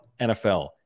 NFL